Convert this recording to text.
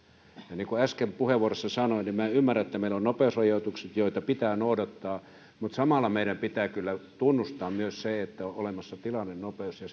ja niin kuin äsken puheenvuorossani sanoin minä ymmärrän että meillä on nopeusrajoitukset joita pitää noudattaa mutta samalla meidän pitää kyllä tunnustaa myös se että on olemassa tilannenopeus ja